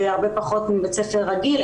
הרבה פחות מבית ספר רגיל,